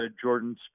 Jordan